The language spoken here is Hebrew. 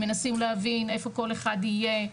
מנסים להבין איפה כל אחד יהיה,